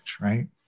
right